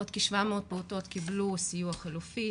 עוד כ- 700 פעוטות קיבלו סיוע חלופי,